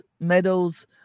meadows